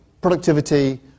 productivity